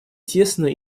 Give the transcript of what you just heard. тесно